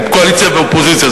קואליציה ואופוזיציה.